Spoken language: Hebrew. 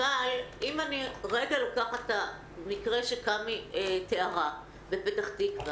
אבל אם ניקח את המקרה שקאמי כהן תיארה בפתח תקווה,